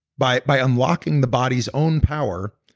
by by unlocking the body's own power,